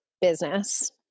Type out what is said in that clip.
business